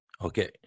Okay